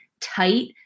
Tight